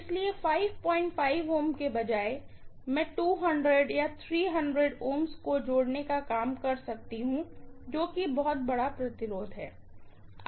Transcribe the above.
इसलिए 55 Ω के बजाय मैं 200 300 Ω को जोड़ने का काम कर सकती हूँ जो की बहुत बड़ा रेजिस्टेंस है